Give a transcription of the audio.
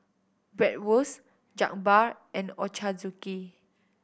Bratwurst Jokbal and Ochazuke